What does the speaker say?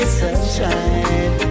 sunshine